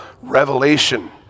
revelation